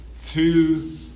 two